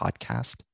podcast